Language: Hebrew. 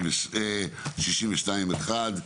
62(4),